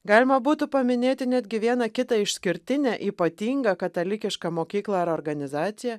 galima būtų paminėti netgi vieną kitą išskirtinę ypatingą katalikišką mokyklą ar organizaciją